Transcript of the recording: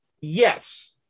Yes